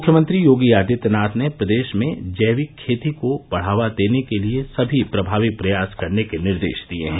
मुख्यमंत्री योगी आदित्यनाथ ने प्रदेश में जैविक खेती को बढ़ावा देने के लिये सभी प्रभावी प्रयास करने के निर्देश दिये हैं